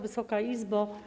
Wysoka Izbo!